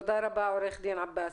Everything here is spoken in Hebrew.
תודה רבה, עו"ד עבאס.